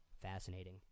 Fascinating